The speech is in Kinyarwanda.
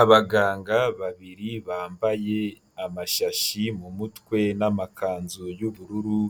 Abaganga babiri bambaye amashashi mu mutwe n'amakanzu y'ubururu,